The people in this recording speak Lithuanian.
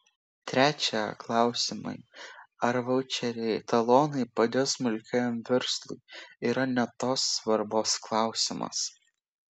trečia klausimai ar vaučeriai talonai padės smulkiajam verslui yra ne tos svarbos klausimas